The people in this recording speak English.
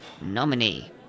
nominee